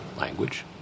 language